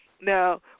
Now